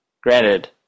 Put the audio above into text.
Granted